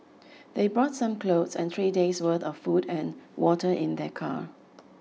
they brought some clothes and three days' worth of food and water in their car